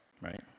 right